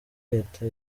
reta